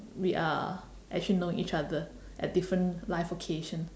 we are actually know each other at different life occasion